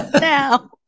Now